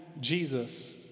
Jesus